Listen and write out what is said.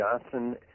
Johnson